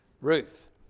Ruth